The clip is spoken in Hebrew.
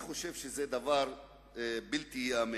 אני חושב שזה דבר בלתי ייאמן.